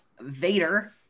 Vader